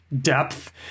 depth